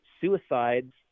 suicides